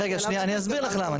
אני אסביר לך.